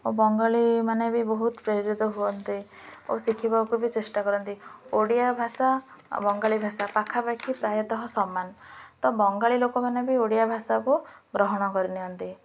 ଓ ବଙ୍ଗାଳୀମାନେ ବି ବହୁତ ପ୍ରେରିତ ହୁଅନ୍ତି ଓ ଶିଖିବାକୁ ବି ଚେଷ୍ଟା କରନ୍ତି ଓଡ଼ିଆ ଭାଷା ଆଉ ବଙ୍ଗାଳୀ ଭାଷା ପାଖାପାଖି ପ୍ରାୟତଃ ସମାନ ତ ବଙ୍ଗାଳୀ ଲୋକମାନେ ବି ଓଡ଼ିଆ ଭାଷାକୁ ଗ୍ରହଣ କରିନିଅନ୍ତି